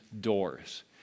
doors